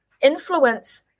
influence